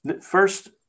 First